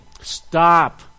Stop